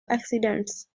accidents